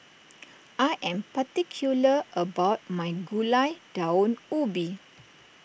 I am particular about my Gulai Daun Ubi